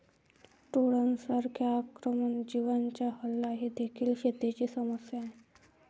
टोळांसारख्या आक्रमक जीवांचा हल्ला ही देखील शेतीची समस्या आहे